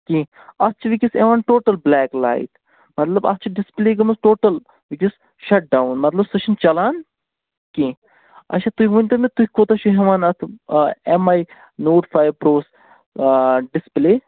کیٚنٛہہ اَتھ چھُ وُنکیٚنَس یِوان ٹوٹَل بٕلیک لایِٹ مطلب اَتھ چھُ ڈِسپٕلے گٲمٕژ ٹوٹَل وُنکیٚنَس شَٹ ڈاوُن مطلب سُہ چھُنہٕ چَلان کیٚنٛہہ اچھا تُہۍ ؤنۍتَو مےٚ تُہی کوتاہ چھِو ہیوان اَتھ آ ایم آے نوٹ فایِو پرٛووَس آ ڈِسپٕلے